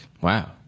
wow